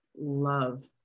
love